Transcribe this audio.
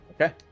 okay